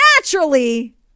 Naturally